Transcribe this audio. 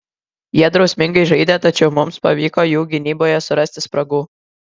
jie drausmingai žaidė tačiau mums pavyko jų gynyboje surasti spragų